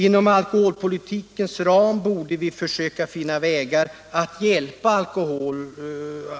Inom alkoholpolitikens ram borde vi försöka finna vägar att hjälpa